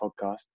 podcast